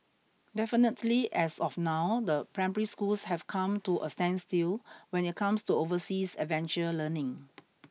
definitely as of now the primary schools have come to a standstill when it comes to overseas adventure learning